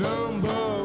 Number